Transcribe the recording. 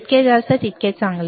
जितके जास्त तितके चांगले